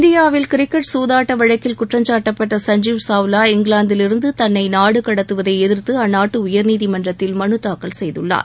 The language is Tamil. இந்தியாவில் கிரிக்கெட் சூதாட்ட முறைகேடு வழக்கில் குற்றம்சாட்டப்பட்ட சஞ்ஜீவ் சாவ்வா இங்கிலாந்திலிருந்து தன்ளை நாடு கடத்துவதை எதிர்த்து அந்நாட்டு உயர்நீதிமன்றத்தில் மனு தாக்கல் செய்துள்ளார்